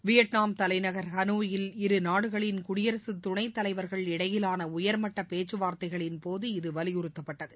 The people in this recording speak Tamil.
வியட்நாம் தலைநகர் ஹனோயில் இருநாடுகளின் குடியரசு துணை தலைவர்கள் இடையிலான உயர்மட்ட பேச்சுவார்த்தைகளின் போது இது வலியுறுத்தப்பட்டது